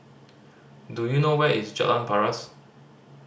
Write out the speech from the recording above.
do you know where is Jalan Paras